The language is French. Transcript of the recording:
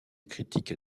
critique